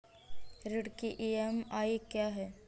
ऋण की ई.एम.आई क्या है?